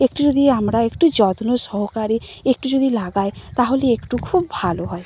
একটু যদি আমরা একটু যত্ন সহকারে একটু যদি লাগাই তাহলে একটু খুব ভালো হয়